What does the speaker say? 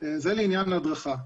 זה לעניין הדרכה.